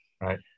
Right